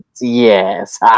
Yes